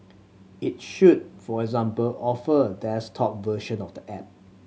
it should for example offer a desktop version of the app